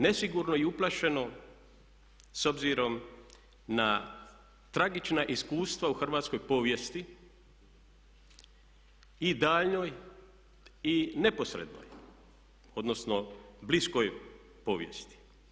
Nesigurno i uplašeno s obzirom na tragična iskustva u hrvatskoj povijesti i daljnjoj i neposrednoj, odnosno bliskoj povijesti.